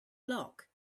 lock